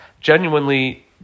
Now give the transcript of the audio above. genuinely